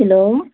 hello